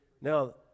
Now